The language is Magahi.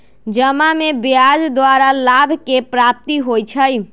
जमा में ब्याज द्वारा लाभ के प्राप्ति होइ छइ